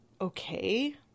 okay